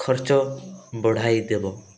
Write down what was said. ଖର୍ଚ୍ଚ ବଢ଼ାଇଦେବ